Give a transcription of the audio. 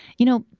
you know,